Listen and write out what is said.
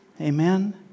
Amen